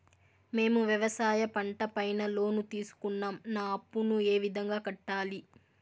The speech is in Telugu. మేము వ్యవసాయ పంట పైన లోను తీసుకున్నాం నా అప్పును ఏ విధంగా కట్టాలి